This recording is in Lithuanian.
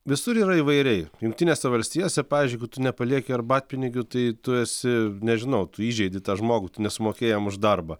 visur yra įvairiai jungtinėse valstijose pavyzdžiui jeigu tu nepalieki arbatpinigių tai tu esi nežinau tu įžeidi tą žmogų tu nesumokėjai jam už darbą